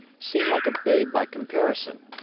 seem like a babe by comparison.